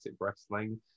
wrestling